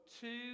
two